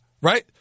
right